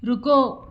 रुको